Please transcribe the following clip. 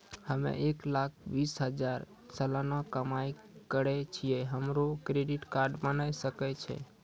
हम्मय एक लाख बीस हजार सलाना कमाई करे छियै, हमरो क्रेडिट कार्ड बने सकय छै?